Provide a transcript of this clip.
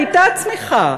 הייתה גם צמיחה,